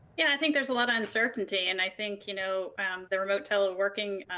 yeah, i think there's a lot of uncertainty. and i think you know um the remote teleworking,